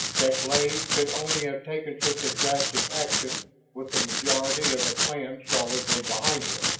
deklay could only have taken such a drastic action with the majority of the clan solidly behind him.